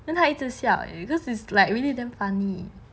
他一直笑 because is like really damn funny